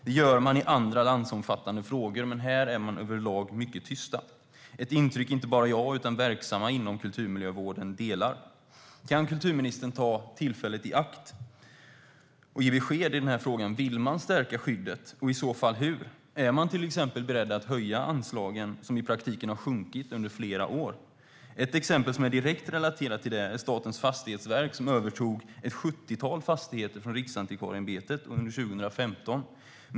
Det gör man i andra landsomfattande frågor, men här är man överlag mycket tyst. Det är ett intryck som inte bara jag utan också verksamma inom kulturmiljövården delar. Kan kulturministern ta tillfället i akt och ge besked i denna fråga? Vill man stärka skyddet och i så fall hur? Är man till exempel beredd att höja anslagen, som i praktiken har sjunkit under flera år? Ett exempel som är direkt relaterat till det är Statens fastighetsverk, som övertog ett sjuttiotal fastigheter från Riksantikvarieämbetet under 2015.